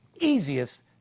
easiest